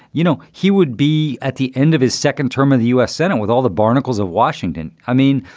you know, he would be at the end of his second term in the u s. senate with all the barnacles of washington. i mean,